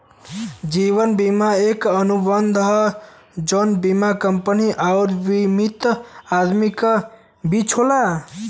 जीवन बीमा एक अनुबंध हौ जौन बीमा कंपनी आउर बीमित आदमी के बीच होला